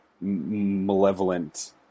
malevolent